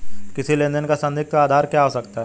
किसी लेन देन का संदिग्ध का आधार क्या हो सकता है?